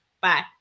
Bye